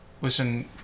listen